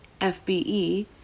FBE